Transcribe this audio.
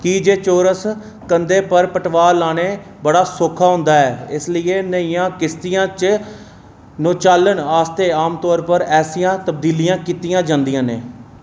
की जे चौरस कंधे पर पटवार लाना बड़ा सौखा होंदा ऐ इसलेई नेहियें किश्तियें च नौचालन आस्तै आमतौर पर ऐसियां तब्दीलियां कीतियां जंदियां न